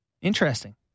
Interesting